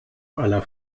aller